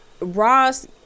Ross